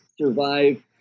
survive